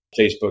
Facebook